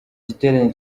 giterane